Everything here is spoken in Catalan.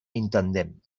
intendent